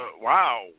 Wow